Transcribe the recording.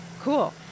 Cool